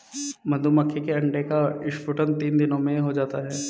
मधुमक्खी के अंडे का स्फुटन तीन दिनों में हो जाता है